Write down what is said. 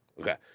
Okay